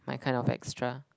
my kind of extra